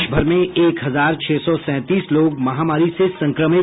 देश भर में एक हजार छह सौ सैंतीस लोग महामारी से संक्रमित